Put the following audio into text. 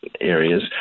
areas